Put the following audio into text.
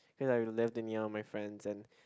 feel like they left to me and my friends and